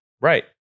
Right